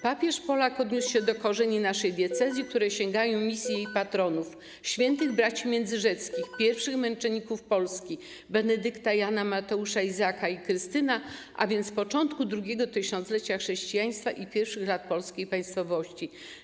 Papież Polak odniósł się do korzeni naszej diecezji, które sięgają misji jej patronów, św. Braci Międzyrzeckich, pierwszych męczenników Polski, Benedykta, Jana, Mateusza, Izaaka i Krystyna, a więc początku drugiego tysiąclecia chrześcijaństwa i pierwszych lat polskiej państwowości.